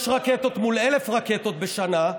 שש רקטות מול 1,000 רקטות בשנה,